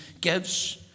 gives